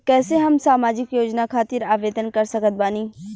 कैसे हम सामाजिक योजना खातिर आवेदन कर सकत बानी?